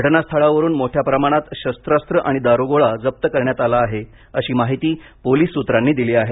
घटनास्थळावरून मोठ्या प्रमाणात शस्त्रास्त्र आणि दारुगोळा प जप्त करण्यात आला आहे अशी माहिती पोलीस सूत्रांनी दिली आहे